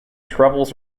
travels